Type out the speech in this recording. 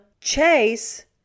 Chase